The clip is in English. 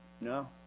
No